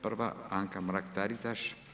Prva Anka Mrak-Taritaš.